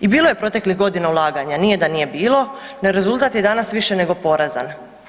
I bilo je proteklih godina ulaganja, nije da nije bilo, no rezultat je danas više nego porazan.